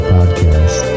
Podcast